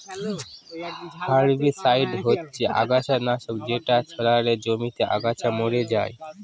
herbicide হচ্ছে আগাছা নাশক যেটা ছড়ালে জমিতে আগাছা মরে যায়